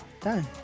Done